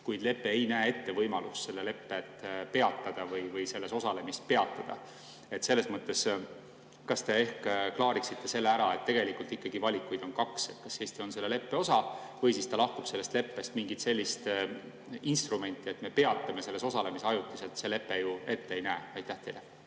kuid lepe ei näe ette võimalust seda lepet või selles osalemist peatada. Kas te selles mõttes ehk klaariksite selle ära, et tegelikult on valikuid ikkagi kaks, et kas Eesti on selle leppe osa või siis ta lahkub sellest leppest? Mingit sellist instrumenti, et me peatame selles osalemise ajutiselt, see lepe ju ette ei näe. Aitäh!